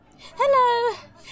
Hello